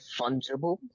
fungible